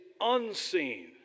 unseen